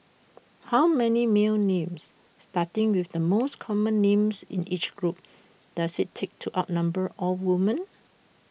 how many male names starting with the most common names in each group does IT take to outnumber all women